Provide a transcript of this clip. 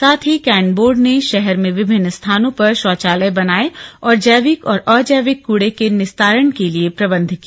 साथ ही cantt board ने शहर में विभिन्न स्थानों पर शौचालय बनाए और जैविक और अजैविक कूड़े के निस्तारण के लिए प्रबंध किया